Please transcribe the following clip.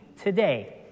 today